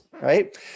right